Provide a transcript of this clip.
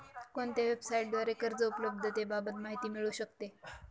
कोणत्या वेबसाईटद्वारे कर्ज उपलब्धतेबाबत माहिती मिळू शकते?